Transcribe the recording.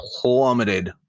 plummeted